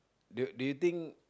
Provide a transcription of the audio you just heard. do do you think